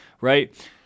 Right